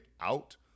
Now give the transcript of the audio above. out